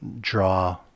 draw